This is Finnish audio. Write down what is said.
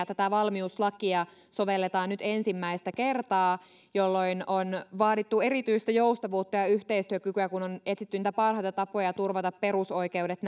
tätä valmiuslakia sovelletaan nyt ensimmäistä kertaa jolloin on vaadittu erityistä joustavuutta ja yhteistyökykyä kun on etsitty niitä parhaita tapoja turvata perusoikeudet